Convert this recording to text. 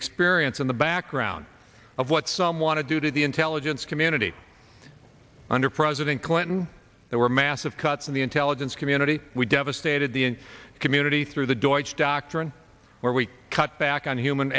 experience in the background of what some want to do to the intelligence community under president clinton there were massive cuts in the intelligence community we devastated the community through the doj doctrine where we cut back on human